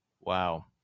Wow